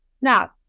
Now